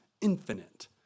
infinite